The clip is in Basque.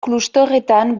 klusterretan